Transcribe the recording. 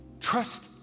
trust